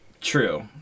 True